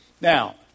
Now